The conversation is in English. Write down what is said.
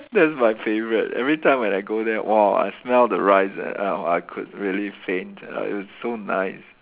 that's my favourite everytime when I go there !wow! I smell the rice ah I could really faint it's so nice